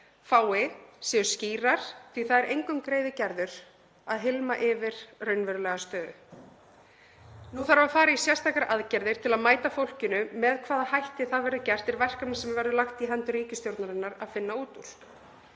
fá séu skýrar, því að það er engum greiði gerður að hylma yfir raunverulega stöðu. Nú þarf að fara í sérstakar aðgerðir til að mæta fólkinu. Með hvaða hætti það verður gert er verkefni sem verður lagt í hendur ríkisstjórnarinnar að finna út úr.